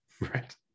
Right